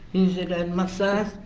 use it and massage.